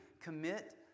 commit